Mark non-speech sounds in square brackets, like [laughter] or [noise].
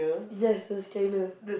[noise] yes the scanner